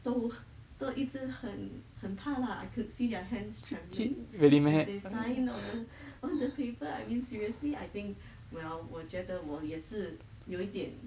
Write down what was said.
都都一直很很怕 lah I could see their hands trembling as they sign on the other the paper I mean seriously I think well 我觉得也是有一点